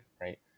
right